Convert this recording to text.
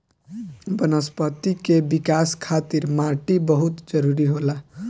वनस्पति के विकाश खातिर माटी बहुत जरुरी होला